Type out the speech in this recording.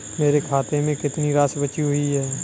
मेरे खाते में कितनी राशि बची हुई है?